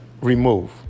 remove